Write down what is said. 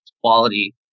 quality